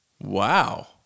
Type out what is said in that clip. Wow